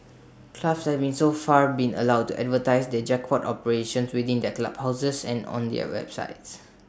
clubs having so far been allowed to advertise their jackpot operations within their clubhouses and on their websites